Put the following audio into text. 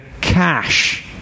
cash